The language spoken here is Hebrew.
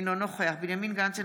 אינו נוכח בנימין גנץ,